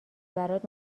برات